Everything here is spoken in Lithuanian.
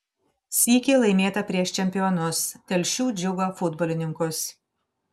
sykį laimėta prieš čempionus telšių džiugo futbolininkus